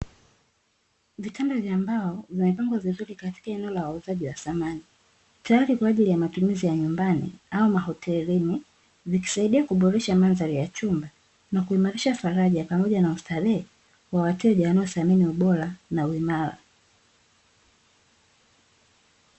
Vitanda vya mbao vimepangwa vizuri katika eneo la uuzaji wa samani, tayari kwaajili ya matumizi ya nyumbani au mahotelini vikisaidia kuboresha manzari ya chuma na kuboresha faraja pamoja na starehe ya wateja wanaothamini ubora na uimara.